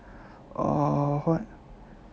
uh what